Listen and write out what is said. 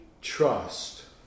trust